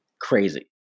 crazy